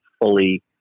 fully